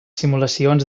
simulacions